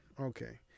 okay